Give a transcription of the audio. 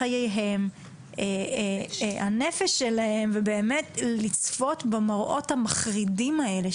חייהם ואת הנפש שלהם באמת בלצפות במראות המחרידים האלה,